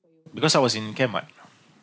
because I was in camp [what]